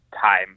time